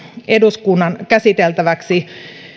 eduskunnan käsiteltäväksi